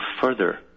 further